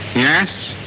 yes.